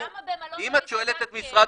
אבל למה במלון כן --- אם את שואלת את משרד